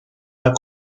pas